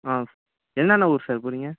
ஆ என்னென்னா ஊர் சார் போகிறீங்க